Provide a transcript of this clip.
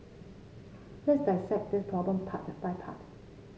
let's dissect this problem part by part